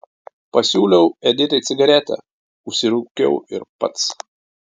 pasiūlau editai cigaretę užsirūkau ir pats